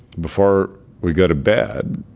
before we go to bed,